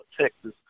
Texas